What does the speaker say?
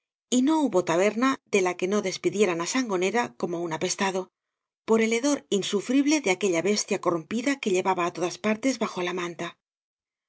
y no hubo taberna de la que no despidieran á sangonera como un apestado por el hedor insufrí ble de aquella bestia corrompida que llevaba á todas partes bajo la manta